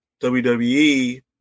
WWE